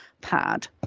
pad